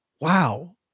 wow